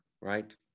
right